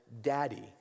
daddy